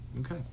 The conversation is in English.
Okay